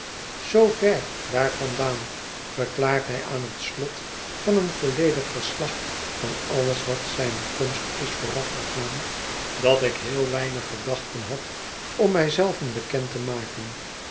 daar vandaan verklaart hij aan het slot van een volledig verslag van alles wat zijne komst is voorafgegaan dat ik heel weinig gedachten had om mij zelven bekend te maken